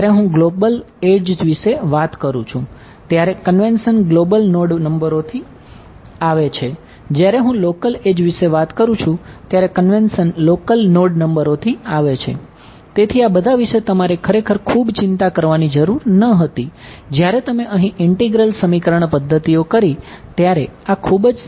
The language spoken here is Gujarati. જ્યારે હું ગ્લોબલ એડ્જ સમીકરણ પદ્ધતિઓ કરી ત્યારે આ ખૂબ જ સારી રીતે કરવું મહત્વપૂર્ણ છે